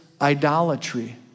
idolatry